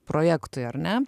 projektui ar ne